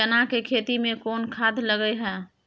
चना के खेती में कोन खाद लगे हैं?